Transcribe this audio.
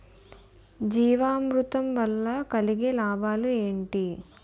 జీవామృతం వల్ల కలిగే లాభాలు ఏంటి?